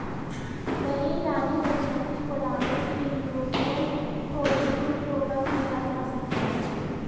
नई रानी मधुमक्खी को लाने से यूरोपियन फॉलब्रूड को कम किया जा सकता है